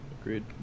Agreed